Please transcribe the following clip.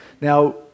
Now